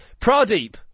Pradeep